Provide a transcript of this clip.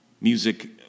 Music